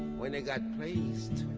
when they got placed